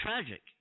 tragic